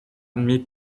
admit